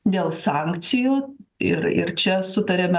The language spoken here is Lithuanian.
dėl sankcijų ir ir čia sutarėme